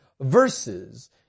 verses